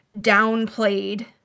downplayed